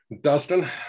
dustin